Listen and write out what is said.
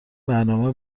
برنامه